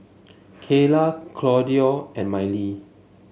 Kaela Claudio and Mylee